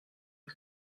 que